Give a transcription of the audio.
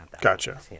Gotcha